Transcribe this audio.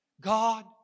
God